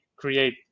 create